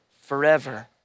forever